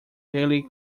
daily